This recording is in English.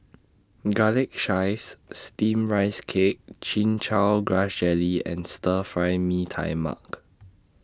Garlic Chives Steamed Rice Cake Chin Chow Grass Jelly and Stir Fry Mee Tai Mak